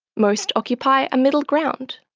most occupy a middle ground.